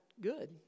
good